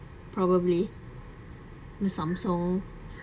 probably with samsung